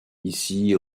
ici